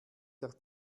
der